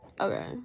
okay